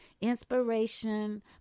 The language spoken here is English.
inspiration